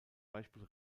beispiel